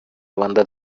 வந்த